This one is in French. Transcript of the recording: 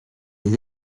des